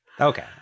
Okay